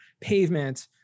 pavement